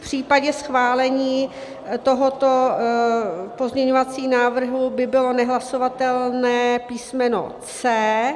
V případě schválení tohoto pozměňovacího návrhu by bylo nehlasovatelné písmeno C.